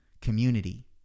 community